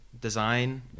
design